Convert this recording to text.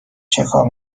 چیکار